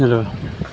hello